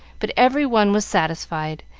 but every one was satisfied,